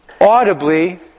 audibly